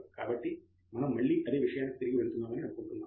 కాబట్టి మనం మళ్ళీ అదే విషయానికి తిరిగి వెళ్తామని అనుకుంటున్నాను